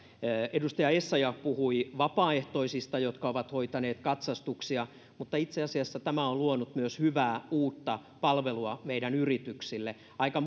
edustaja essayah puhui vapaaehtoisista jotka ovat hoitaneet katsastuksia mutta itse asiassa tämä on luonut myös hyvää uutta palvelua meidän yrityksillemme aika